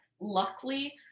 luckily